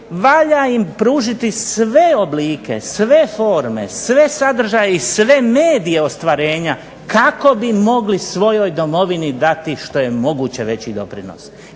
valja im pružiti sve oblike, forme, sve sadržaje i sve medije ostvarenja kako bi mogli svojoj domovini dati što je moguće veći doprinos.